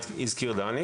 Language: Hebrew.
הגז.